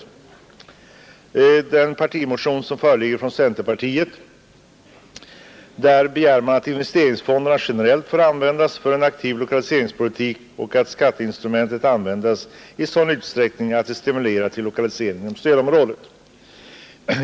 I centerpartiets partimotion begärs att investeringsfonderna generellt får utnyttjas för en aktiv lokaliseringspolitik och att skatteinstrumentet användes i sådan utsträckning att det stimulerar till lokalisering inom stödområdet.